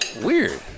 Weird